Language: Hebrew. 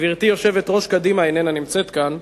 גברתי יושבת-ראש קדימה איננה נמצאת כאן,